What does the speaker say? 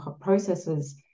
processes